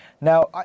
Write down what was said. Now